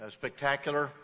spectacular